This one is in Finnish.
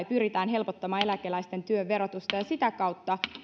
pyritään helpottamaan eläkeläisten työn verotusta ja sitä kautta